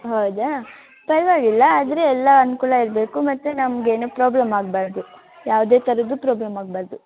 ಹೌದಾ ಪರವಾಗಿಲ್ಲ ಆದರೆ ಎಲ್ಲ ಅನುಕೂಲ ಇರಬೇಕು ಮತ್ತು ನಮ್ಗೆ ಏನೂ ಪ್ರಾಬ್ಲಮ್ ಆಗಬಾರ್ದು ಯಾವುದೇ ಥರದ್ದು ಪ್ರೋಬ್ಲಮ್ ಆಗಬಾರ್ದು